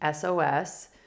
sos